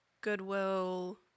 Goodwill